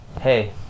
Hey